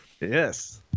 Yes